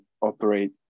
operate